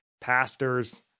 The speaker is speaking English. pastors